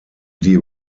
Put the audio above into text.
die